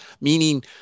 meaning